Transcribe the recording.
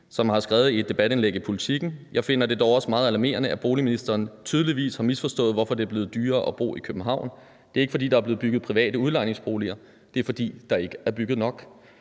som har skrevet i et debatindlæg i Politiken: »Jeg finder det dog også meget alarmerende, at boligministeren tydeligvis har misforstået, hvorfor det er blevet dyrere at bo i København. Det er ikke, fordi der er blevet bygget private udlejningsboliger. Det er, fordi der ikke er bygget nok.«